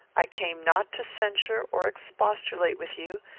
i came not to censure or expostulate with you,